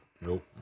Nope